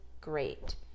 great